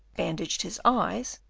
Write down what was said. bandaged his eyes,